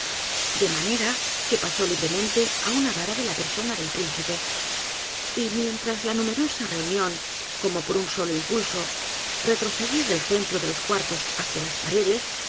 de manera que pasó libremente á una vara de la persona del príncipe y mientras la numerosa teunión como p o r u n s o l o impulso retrocedía del centro de los cuartos hacia las paredes